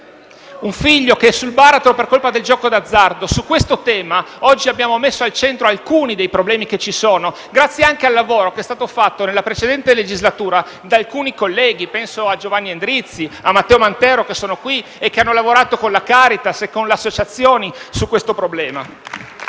un figlio che è sul baratro per colpa del gioco d'azzardo. Su questo tema oggi abbiamo messo al centro alcuni dei problemi che ci sono, grazie anche al lavoro che è stato fatto nella precedente legislatura da alcuni colleghi: penso a Giovanni Endrizzi e a Matteo Mantero, che sono qui e che hanno lavorato con la Caritas e con le associazioni su questo problema.